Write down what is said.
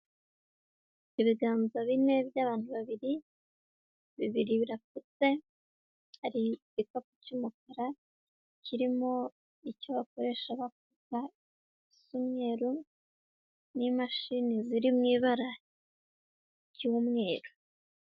Ibiganza bine by'abantu babiri, bibiri birapfutse, hari igikapu cy'umukara kirimo icyo bakoresha bapfuka gisa umweruru n'imashini ziri mu ibara ry'umweru.